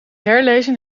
herlezen